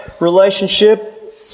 relationship